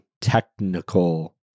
technical